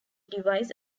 device